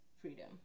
freedom